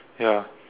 ya